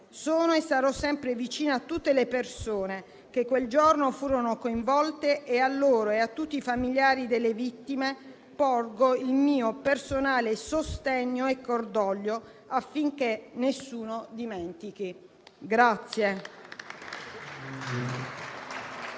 Sono e sarò sempre vicina a tutte le persone che quel giorno furono coinvolte. A loro e a tutti i familiari delle vittime porgo il mio personale sostegno e cordoglio, affinché nessuno dimentichi.